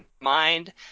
mind